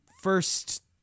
first